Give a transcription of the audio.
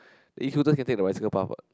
Escooter can take the bicycle path what